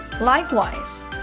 Likewise